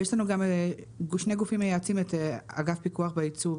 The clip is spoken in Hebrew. גם יש לנו שני גופים מייעצים: אגף פיקוח בייצוא,